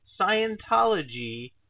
Scientology